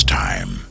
time